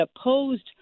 opposed